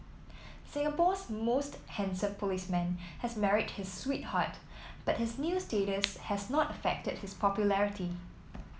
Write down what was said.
Singapore's most handsome policeman has married his sweetheart but his new status has not affected his popularity